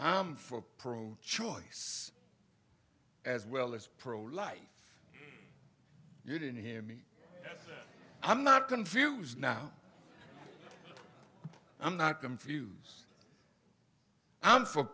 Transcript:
i'm for pro choice as well as pro life you didn't hear me i'm not confused now i'm not confuse i'm for